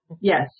Yes